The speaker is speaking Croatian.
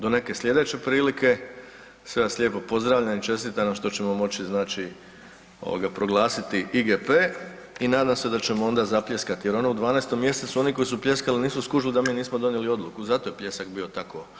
Do neke sljedeće prilike, sve vas lijepo pozdravljam i čestitam nam što ćemo moći znači proglasiti IGP i nadam se da ćemo onda zapljeskati jer ono u 12. mjesecu oni koji su pljeskali nisu skužili da mi nismo donijeli odluku zato je pljesak bio tako.